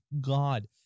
god